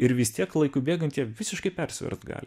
ir vis tiek laikui bėgant jie visiškai persvyruot gali